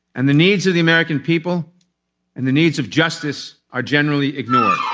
and the needs of the american people and the needs of justice are generally ignored